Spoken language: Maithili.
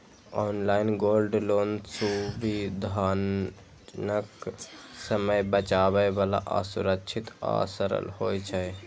ऑनलाइन गोल्ड लोन सुविधाजनक, समय बचाबै बला आ सुरक्षित आ सरल होइ छै